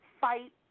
fight